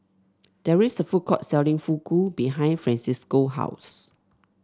there is a food court selling Fugu behind Francisco house